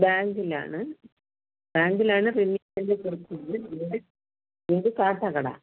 ബാങ്കിലാണ് ബാങ്കിലാണ് റിന്യൂവൽ കൊടുത്തത് വീട് വീട് കാട്ടാക്കട